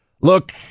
look